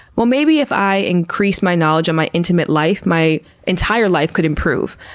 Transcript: well, maybe if i increased my knowledge of my intimate life, my entire life could improve.